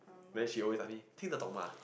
then she always ask me 听得懂吗: ting de dong ma